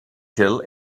kill